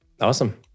Awesome